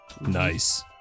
Nice